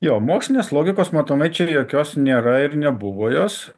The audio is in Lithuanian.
jo mokslinės logikos matomai čia jokios nėra ir nebuvo jos